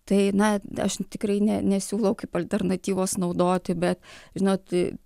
tai na aš tikrai ne nesiūlau kaip alternatyvos naudoti bet žinoti